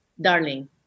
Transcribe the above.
darling